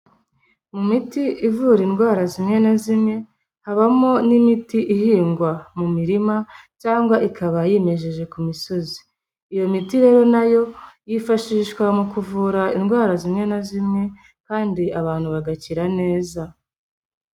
Mu miti ivura indwara zimwe na zimwe, habamo n'imiti ihingwa mu mirima cyangwa ikaba yimejeje ku misozi. Iyo miti rero nayo yifashishwa mu kuvura indwara zimwe na zimwe kandi abantu bagakira neza.